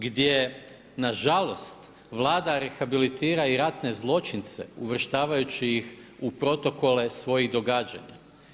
Gdje nažalost, Vlada rehabilitira i ratne zločince uvrštavajući ih u protokole svojih događanja.